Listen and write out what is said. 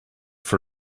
for